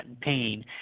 pain